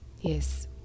Yes